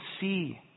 see